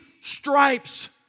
stripes